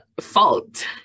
fault